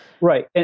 Right